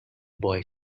boy